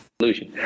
solution